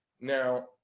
Now